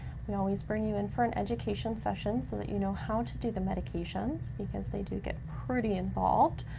we always bring you in for an education session so that you know how to do the medications, because they do get pretty involved.